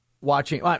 watching